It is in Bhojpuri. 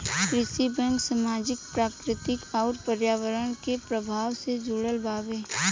कृषि बैंक सामाजिक, प्राकृतिक अउर पर्यावरण के प्रभाव से जुड़ल बावे